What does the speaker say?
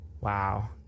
Wow